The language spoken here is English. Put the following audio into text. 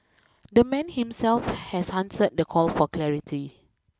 the man himself has answered the call for clarity